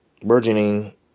burgeoning